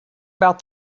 about